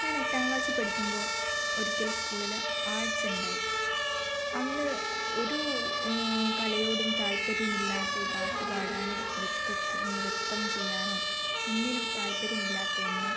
ഞാൻ എട്ടാം ക്ലാസ്സില് പഠിക്കുമ്പോ ഒരിക്കൽ സ്കൂളില് ആർട്സ് ഉണ്ടായി അന്ന് ഒരു കലയോടും താല്പര്യമില്ലാത്ത പാട്ട് പാടാനോ നൃത്തം ചെയ്യാനോ ഒന്നിനും താൽപര്യമില്ലാത്ത എന്നെ